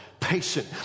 patient